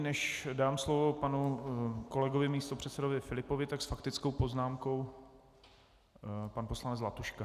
Než dám slovo kolegovi místopředsedovi Filipovi, tak s faktickou poznámkou pan poslanec Zlatuška.